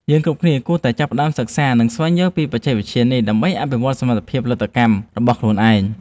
យើងគ្រប់គ្នាគួរតែចាប់ផ្តើមសិក្សា និង ស្វែងយល់ពីបច្ចេកវិទ្យានេះដើម្បីអភិវឌ្ឍសមត្ថភាពផលិតកម្មរបស់ខ្លួនឯង។